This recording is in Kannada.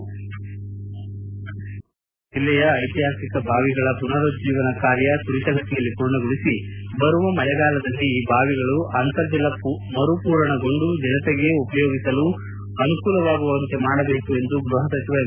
ವಿಜಯಪುರ ನಗರ ಹಾಗೂ ಜಿಲ್ಲೆಯ ಐತಿಹಾಸಿಕ ಬಾವಿಗಳ ಪುನರುಜ್ಜೀವನ ಕಾರ್ಯ ತ್ವರಿತಗತಿಯಲ್ಲಿ ಪೂರ್ಣಗೊಳ್ಳು ಬರುವ ಮಳೆಗಾಲದಲ್ಲಿ ಈ ಬಾವಿಗಳು ಅಂತರ್ಜಲ ಮರುಪೂರಣಗೊಂಡು ಜನತೆಗೆ ಉಪಯೋಗಿಸಲು ಅನುಕೂಲವಾಗುವಂತೆ ಮಾಡಬೇಕು ಎಂದು ಗೃಹ ಸಚಿವ ಎಂ